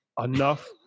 enough